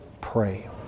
Pray